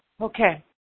Okay